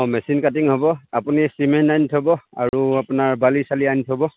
অঁ machine cutting হ'ব আপুনি চিমেণ্ট আনি থ'ব আৰু আপোনাৰ বালি চালি আনি থ'ব